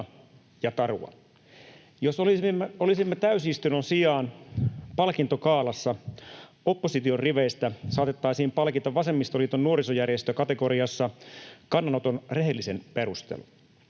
Jos olisimme täysistunnon sijaan palkintogaalassa, opposition riveistä saatettaisiin palkita vasemmistoliiton nuorisojärjestökategoriassa kannanoton rehellisin perustelu.